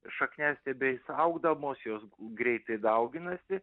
šakniastiebiais augdamos jos greitai dauginasi